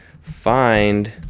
find